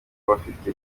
bafite